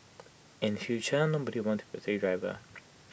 in future nobody want to be A taxi driver